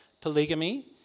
polygamy